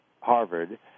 Harvard